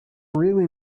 really